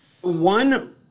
One